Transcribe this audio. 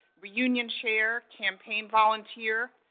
reunion chair, campaign volunteer,